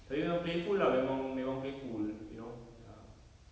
tapi memang playful lah memang memang playful you know ya